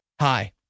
Hi